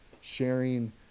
sharing